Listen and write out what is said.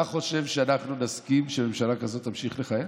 אתה חושב שאנחנו נסכים שממשלה כזאת תמשיך לכהן?